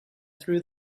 through